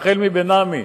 החל מבן-עמי,